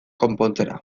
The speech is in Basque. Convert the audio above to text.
konpontzera